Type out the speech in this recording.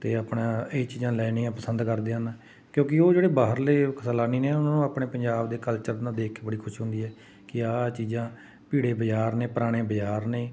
ਅਤੇ ਆਪਣਾ ਇਹ ਚੀਜ਼ਾਂ ਲੈਣੀਆਂ ਪਸੰਦ ਕਰਦੇ ਹਨ ਕਿਉਂਕਿ ਉਹ ਜਿਹੜੇ ਬਾਹਰਲੇ ਸੈਲਾਨੀ ਨੇ ਉਹਨਾਂ ਨੂੰ ਆਪਣੇ ਪੰਜਾਬ ਦੇ ਕਲਚਰ ਨੂੰ ਦੇਖ ਕੇ ਬੜੀ ਖੁਸ਼ ਹੁੰਦੀ ਹੈ ਕਿ ਇਹ ਚੀਜ਼ਾਂ ਭੀੜੇ ਬਾਜ਼ਾਰ ਨੇ ਪੁਰਾਣੇ ਬਾਜ਼ਾਰ ਨੇ